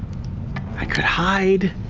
i could hide,